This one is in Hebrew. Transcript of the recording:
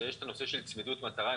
יש את הנושא של צמידות מטרה,